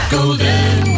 Golden